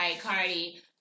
Cardi